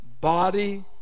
body